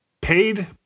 paid